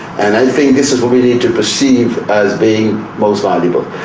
and i think this is what we need to perceive as being most valuable.